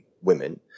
women